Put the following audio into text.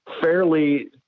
fairly